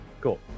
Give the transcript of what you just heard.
cool